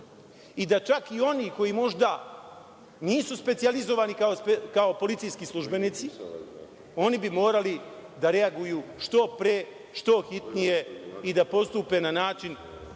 i da čak i oni koji možda nisu specijalizovani kao policijski službenici, oni bi morali da reaguju što pre, što hitnije i da postupe na način